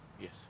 Yes